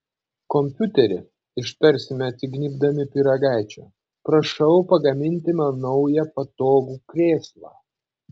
kompiuteri ištarsime atsignybdami pyragaičio prašau pagaminti man naują patogų krėslą